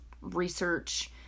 research